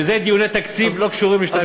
אלה דיוני תקציב שלא קשורים ל-2365.